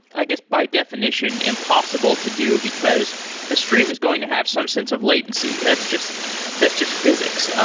i guess by definition, impossible to do, because the stream is going to have some sense of latency. that's just that's just physics.